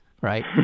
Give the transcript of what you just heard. right